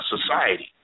Society